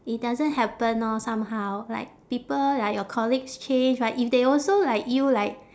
it doesn't happen orh somehow like people like your colleagues change like they also like you like